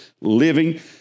living